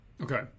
Okay